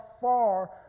far